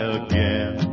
again